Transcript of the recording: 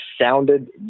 sounded